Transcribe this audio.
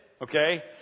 okay